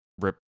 rip